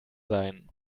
seien